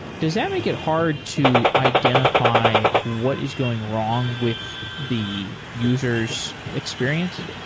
does that make it hard to identify what is going wrong with the user's experience?